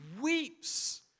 weeps